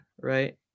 right